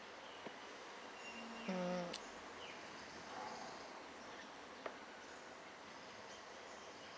mm